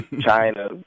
China